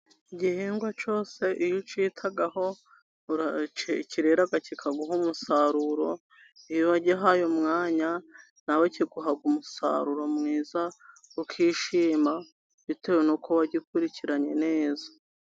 Igihingwa cyose iyo ukitaho, kirera kikaguha umusaruro, iyo wagihaye umwanya, nawe kiguha umusaruro mwiza ukishima, bitewe nuko wagikurikiranye neza.